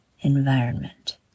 environment